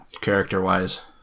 character-wise